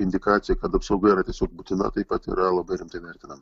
indikacija kad apsauga yra tiesiog būtina taip pat yra labai rimtai vertinama